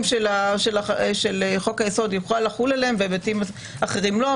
של חוק-היסוד יוכל לחול עליהם והיבטים אחרים לא,